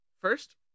First